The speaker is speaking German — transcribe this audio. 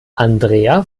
andrea